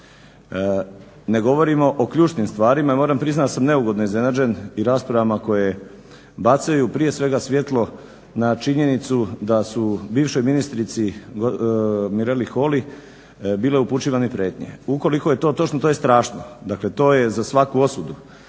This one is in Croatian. Ne govorimo o ključnim stvarima i moram priznati da sam neugodno iznenađen i raspravama koje bacaju prije svega svjetlo na činjenicu da su bivšoj ministrici Mireli HOly bile upućivane prijetnje. Ukoliko je to točno, to je strašno. Dakle, to je za svaku osudu.